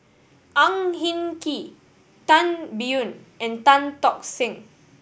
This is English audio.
Ang Hin Kee Tan Biyun and Tan Tock Seng